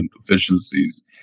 deficiencies